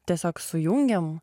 tiesiog sujungėm